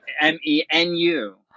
M-E-N-U